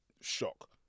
Shock